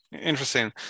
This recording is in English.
interesting